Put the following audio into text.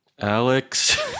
Alex